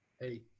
Hey